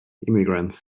immigrants